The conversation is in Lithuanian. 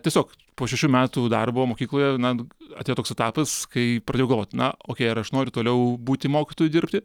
tiesiog po šešių metų darbo mokykloje na atėjo toks etapas kai pradėjau galvot na okei ar aš noriu toliau būti mokytoju dirbti